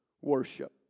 worship